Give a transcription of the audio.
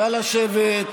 נא לשבת.